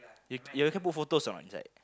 you you can put photos or not inside